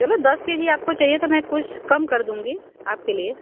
चलो दस K G आपको चाहिए तो मैं कुछ कम कर दूँगी आपके लिए